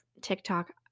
TikTok